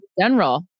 general